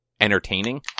entertaining